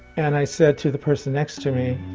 and i said to the person next to me,